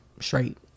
straight